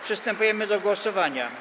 Przystępujemy do głosowania.